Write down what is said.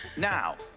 now,